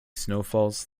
snowfalls